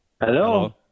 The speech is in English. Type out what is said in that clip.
Hello